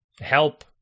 help